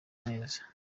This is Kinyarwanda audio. neza